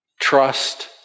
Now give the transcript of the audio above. Trust